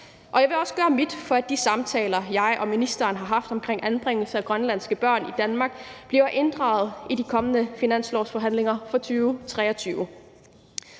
Og jeg vil også gøre mit for, at de samtaler, som jeg og ministeren har haft omkring anbringelse af grønlandske børn i Danmark, bliver inddraget i de kommende finanslovsforhandlinger for 2023.